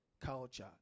Culture